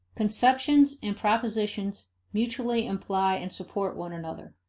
conceptions and propositions mutually imply and support one another.